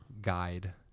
guide